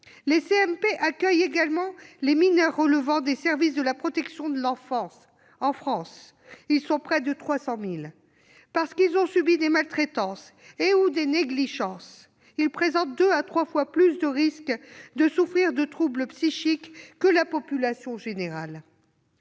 Les CMP accueillent également les mineurs relevant des services de la protection de l'enfance- en France, ils sont près de 300 000. Parce qu'ils ont subi des maltraitances et/ou des négligences, ces mineurs présentent deux à trois fois plus de risques de souffrir de troubles psychiques que la population générale.